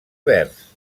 verds